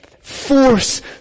force